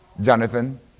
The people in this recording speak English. Jonathan